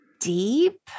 deep